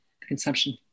consumption